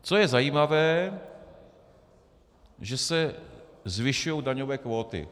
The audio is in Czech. Co je zajímavé, že se zvyšují daňové kvóty.